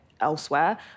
elsewhere